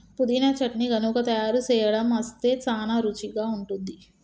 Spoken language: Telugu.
పుదీనా చట్నీ గనుక తయారు సేయడం అస్తే సానా రుచిగా ఉంటుంది